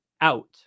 out